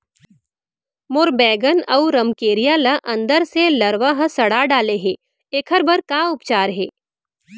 मोर बैगन अऊ रमकेरिया ल अंदर से लरवा ह सड़ा डाले हे, एखर बर का उपचार हे?